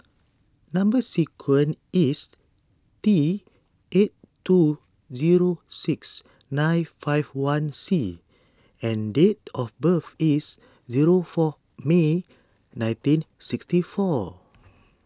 Number Sequence is T eight two zero six nine five one C and date of birth is zero four May nineteen sixty four